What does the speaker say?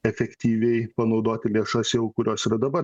efektyviai panaudoti lėšas jau kurios yra dabar